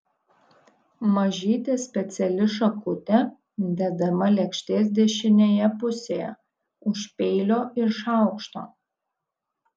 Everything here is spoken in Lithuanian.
mažytė speciali šakutė dedama lėkštės dešinėje pusėje už peilio ir šaukšto